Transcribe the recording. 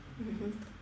mmhmm